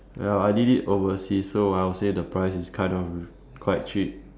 ya I did it overseas so I would say the price is kind of quite cheap